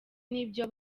n’ibyo